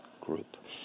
group